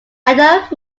adult